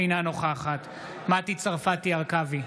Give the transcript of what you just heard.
אינה נוכחת מטי צרפתי הרכבי,